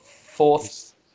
Fourth